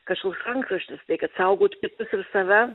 kažkoks rankraštis tai kad saugot kitus ir save